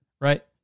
right